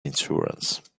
insurance